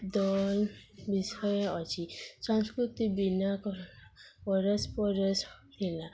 ଦଳ ବିଷୟ ଅଛି ସଂସ୍କୃତି ବିନା ପରସ୍ପର ସହ ହେଲା